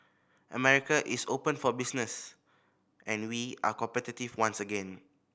America is open for business and we are competitive once again